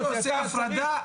מי שעושה הפרדה,